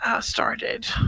started